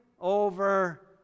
over